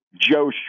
Joe